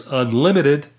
unlimited